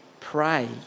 pray